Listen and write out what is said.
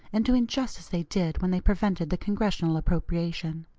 and doing just as they did when they prevented the congressional appropriation.